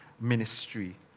ministry